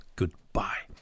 goodbye